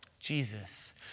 Jesus